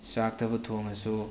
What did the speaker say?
ꯆꯥꯛꯇꯕꯨ ꯊꯣꯡꯉꯁꯨ